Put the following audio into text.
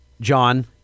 John